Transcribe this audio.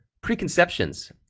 Preconceptions